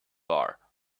bar